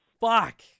Fuck